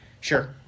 Sure